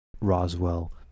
Roswell